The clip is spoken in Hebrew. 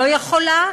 לא יכולה,